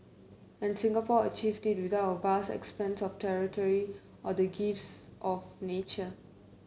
and Singapore achieved it without a vast expanse of territory or the gifts of nature